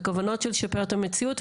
בכוונות של לשפר את המציאות.